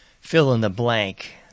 fill-in-the-blank